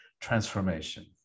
transformation